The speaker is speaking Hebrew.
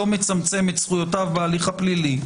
לא מצמצם את זכויותיו בהליך הפלילי.